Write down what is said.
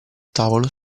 tavolo